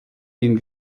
ihn